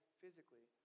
physically